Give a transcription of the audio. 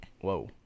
whoa